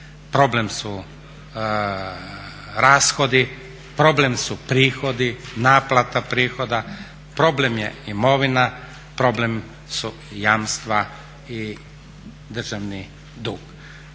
problem su rashodi, problem su prihodi, naplata prihoda, problem je imovina, problem su jamstva i državni dug.